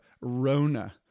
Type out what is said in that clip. Rona